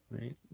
right